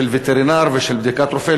של וטרינר ושל בדיקת רופא.